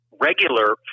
regular